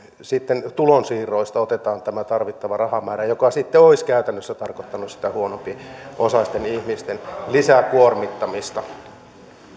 sitten tulonsiirroista otetaan tämä tarvittava rahamäärä mikä olisi käytännössä tarkoittanut sitä huonompiosaisten ihmisten lisäkuormittamista